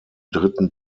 dritten